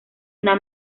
una